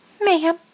Mayhem